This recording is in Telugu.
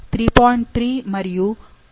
3 మరియు 0